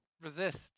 resist